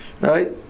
right